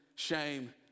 Shame